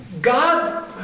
God